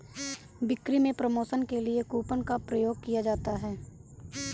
बिक्री में प्रमोशन के लिए कूपन का प्रयोग किया जाता है